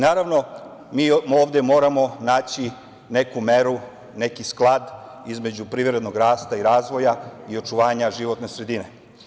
Naravno, mi ovde moramo naći neku meru, neki sklad između privrednog rasta i razvoja i očuvanja životne sredine.